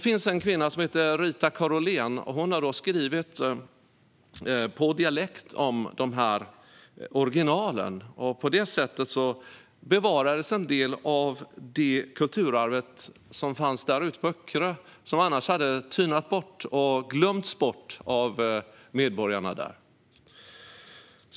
En kvinna som heter Rita Karolén har skrivit på dialekt om dessa original. På detta sätt bevaras en del av det kulturarv som finns på Öckerö och som annars hade tynat bort och glömts av medborgarna där.